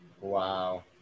Wow